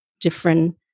different